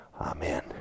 Amen